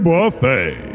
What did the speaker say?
Buffet